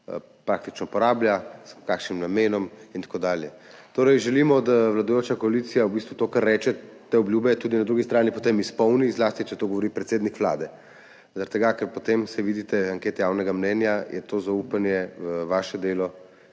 ta denar porablja, s kakšnim namenom in tako dalje. Torej želimo, da vladajoča koalicija v bistvu to, kar reče, te obljube tudi potem na drugi strani izpolni, zlasti če to govori predsednik Vlade. Zaradi tega, ker potem, saj vidite ankete javnega mnenja, je to zaupanje v vaše delo